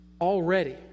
already